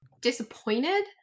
disappointed